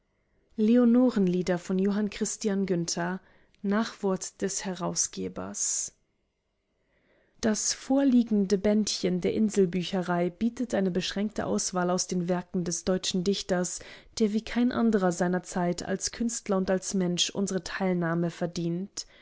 nachwort des herausgebers das vorliegende bändchen der inselbücherei bietet eine beschränkte auswahl aus den werken des deutschen dichters der wie kein anderer seiner zeit als künstler und als mensch unsere teilnahme verdient